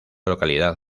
localidad